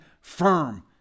firm